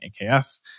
AKS